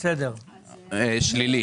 שלילי.